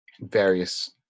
various